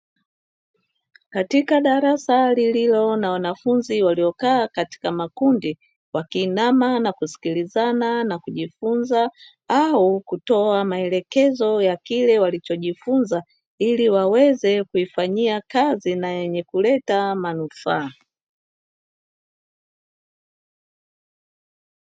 Katika darasa lililo na wanafunzi waliokaa katika makundi, wakiinama na kusikilizana na kujifunza au kutoa maelekezo ya kile walichojifunza, ili waweze kuifanyia kazi na yenye kuleta manufaa.